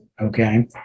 Okay